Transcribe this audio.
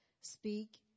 Speak